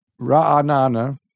Raanana